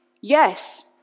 Yes